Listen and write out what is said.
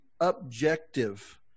objective